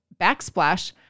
backsplash